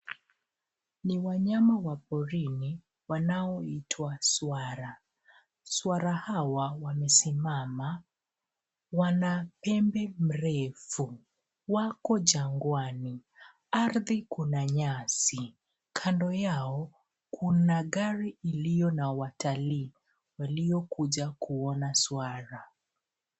Ni wanyama wa porini wanaoitwa swara. Swara hawa wamesimama, wana pembe mirefu. Wako jangwani. Ardhi kuna nyasi. Kando yao kuna gari iliyo na watalii waliokuja kuona swara.